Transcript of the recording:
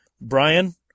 Brian